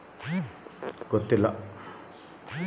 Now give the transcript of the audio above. ರೋಗ ನಿರೋಧಕ ತೊಗರಿ ತಳಿ ಯಾವುದು?